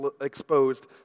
exposed